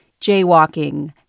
Jaywalking